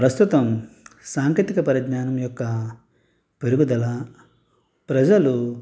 ప్రస్తుతం సాంకేతిక పరిజ్ఞానం యొక్క పెరుగుదల ప్రజలు